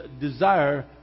desire